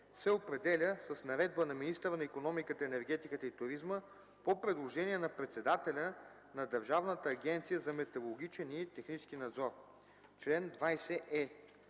се определя с наредба на министъра на икономиката, енергетиката и туризма, по предложение на председателя на Държавната агенция за метрологичен и технически надзор. Чл. 20е.